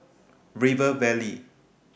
River Valley